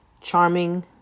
charming